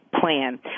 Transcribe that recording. plan